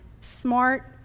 smart